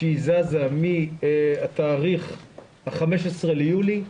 שזזה מהתאריך של ה-15 ליולי.